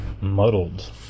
muddled